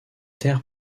terre